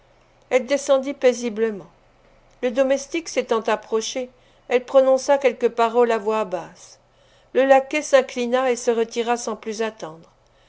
elle descendit paisiblement le domestique s'étant approché elle prononça quelques paroles à voix basse le laquais s'inclina et se retira sans plus attendre